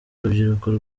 urubyiruko